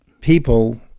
People